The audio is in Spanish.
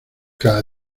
cada